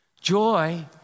Joy